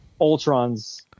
Ultron's